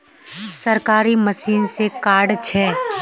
सरकारी मशीन से कार्ड छै?